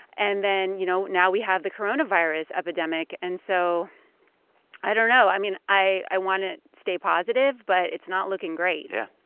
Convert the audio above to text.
and then, you know, now we have the coronavirus epidemic. and so i don't know. i mean, i i want to stay positive, but it's not looking great yeah.